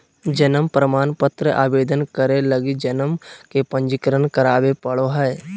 जन्म प्रमाण पत्र आवेदन करे लगी जन्म के पंजीकरण करावे पड़ो हइ